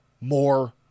more